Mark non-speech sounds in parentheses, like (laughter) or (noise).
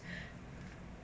(breath)